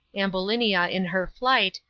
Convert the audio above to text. ambulinia, in her flight,